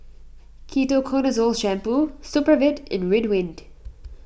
Ketoconazole Shampoo Supravit and Ridwind